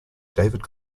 david